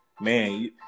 man